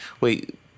wait